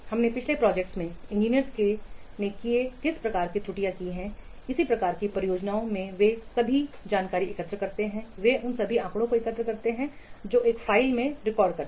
अपनी पिछली प्रोजेक्ट्स से इंजीनियरों ने किस प्रकार की त्रुटियां की हैं इसी प्रकार की परियोजनाओं में वे सभी जानकारी एकत्र करते हैं वे उन सभी आंकड़ों को एकत्र करते हैं और एक फ़ाइल में रिकॉर्ड करते हैं